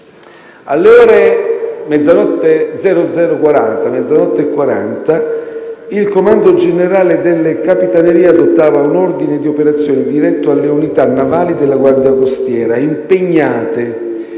Alle ore 00,40 il Comando generale delle Capitanerie adottava un ordine di operazioni diretto alle unità navali della Guardia costiera impegnate,